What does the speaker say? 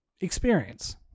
experience